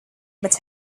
but